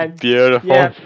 Beautiful